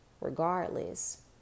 regardless